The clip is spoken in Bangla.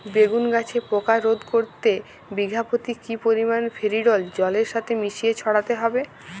বেগুন গাছে পোকা রোধ করতে বিঘা পতি কি পরিমাণে ফেরিডোল জলের সাথে মিশিয়ে ছড়াতে হবে?